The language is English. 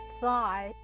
thought